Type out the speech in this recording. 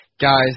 Guys